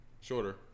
Shorter